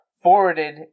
forwarded